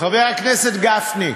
חבר הכנסת גפני,